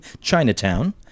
Chinatown